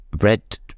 Red